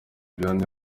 vianney